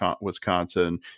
Wisconsin